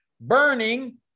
burning